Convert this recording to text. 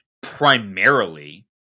primarily